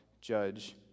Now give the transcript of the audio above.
judge